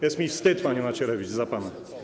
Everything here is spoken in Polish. Jest mi wstyd, panie Macierewicz, za pana.